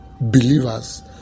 believers